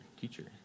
teacher